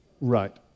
Right